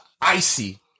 Icy